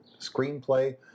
screenplay